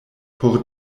por